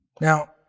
Now